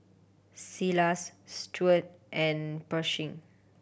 Silas Stuart and Pershing